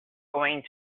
going